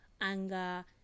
anger